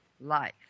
life